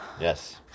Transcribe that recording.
Yes